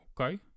Okay